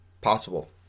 possible